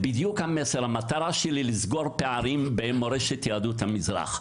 אמנם המטרה שלי היא לסגור פערים במורשת יהדות המזרח,